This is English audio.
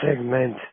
segment